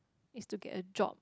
is to get a job